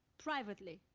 privately,